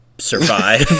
survive